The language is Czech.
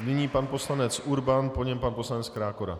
Nyní pan poslanec Urban, po něm pan poslanec Krákora.